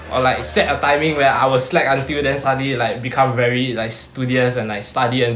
or like set a timing where I will slack until then suddenly like become very like studious and study